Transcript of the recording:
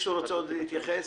מישהו רוצה עוד להתייחס?